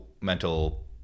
mental